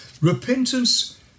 Repentance